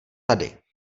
tady